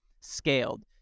scaled